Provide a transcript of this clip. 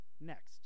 next